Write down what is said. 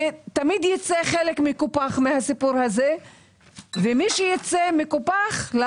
תמיד יצא מהסיפור הזה חלק מקופח ומי שיצא מקופח,